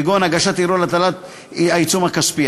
כגון הגשת ערעור על הטלת העיצום הכספי.